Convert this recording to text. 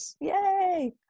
Yay